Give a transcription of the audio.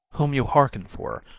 whom you hearken for,